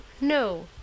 no